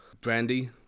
brandy